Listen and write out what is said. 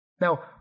Now